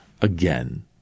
again